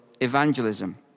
evangelism